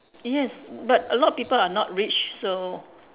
yes but a lot of people are not rich so